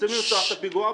רוצים למנוע את הפיגוע הבא.